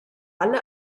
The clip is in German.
alle